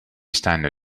stanno